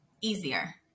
easier